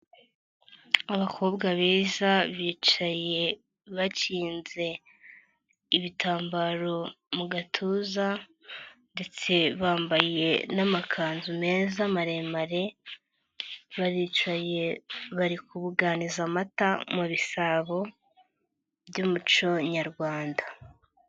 Abakobwa beza bicaye bakinze ibitambaro mu gatuza ndetse bambaye n'amakanzu meza maremare, baricaye bari kubuganiza amata mu bisabo by'umuco nyarwanda.